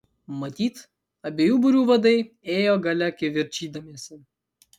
matyt abiejų būrių vadai ėjo gale kivirčydamiesi